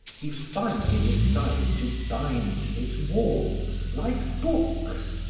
he finally decided to bind his walls, like books,